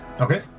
Okay